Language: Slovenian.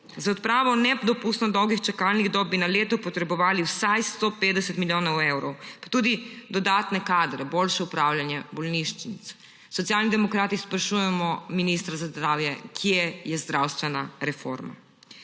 Za odpravo nedopustno dolgih čakalnih dob bi na leto potrebovali vsaj 150 milijonov evrov, pa tudi dodatne kadre, boljše upravljanje bolnišnic. Socialni demokrati sprašujemo ministra za zdravje, kje je zdravstvena reforma.